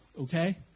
Okay